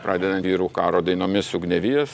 pradedant vyrų karo dainomis ugniavijas